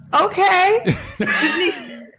Okay